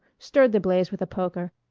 stirred the blaze with a poker,